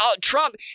trump